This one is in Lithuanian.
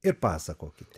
ir pasakokite